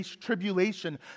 tribulation